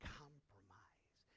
compromise